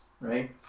right